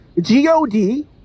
G-O-D